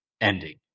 ending